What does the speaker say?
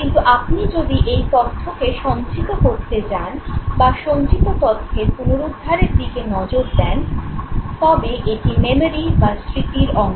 কিন্তু আপনি যদি এই তথ্যকে সঞ্চিত করতে যান বা সঞ্চিত তথ্যের পুনরুদ্ধারের দিকে নজর দেন তবে এটি "মেমোরি" বা স্মৃতির অংশ